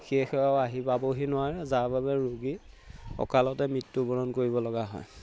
সেয়ে সেয়াও আহি পাবহি নোৱাৰে যাৰ বাবে ৰোগী অঁকালতে মৃত্যুবৰণ কৰিবলগা হয়